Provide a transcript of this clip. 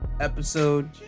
episode